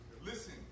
Listen